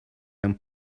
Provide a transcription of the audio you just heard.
mewn